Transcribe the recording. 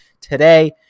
Today